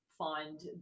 find